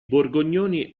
borgognoni